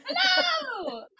hello